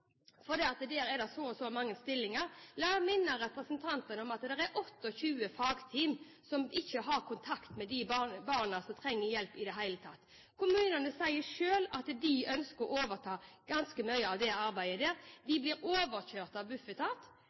det statlige barnevernet fordi der er det så og så mange stillinger, vil jeg minne representantene om at det er 28 fagteam som ikke har kontakt med de barna som trenger hjelp, i det hele tatt. Kommunene sier selv at de ønsker å overta ganske mye av det arbeidet. De blir overkjørt av